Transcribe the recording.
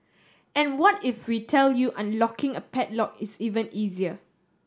and what if we tell you unlocking a padlock is even easier